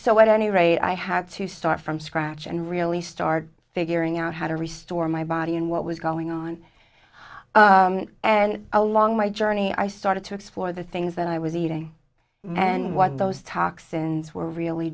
what any rate i had to start from scratch and really start figuring out how to restore my body and what was going on and along my journey i started to explore the things that i was eating and what those toxins were really